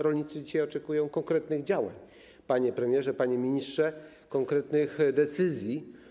Rolnicy oczekują dzisiaj konkretnych działań, panie premierze, panie ministrze, konkretnych decyzji.